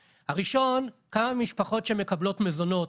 הראשון, כמה משפחות שמקבלות מזונות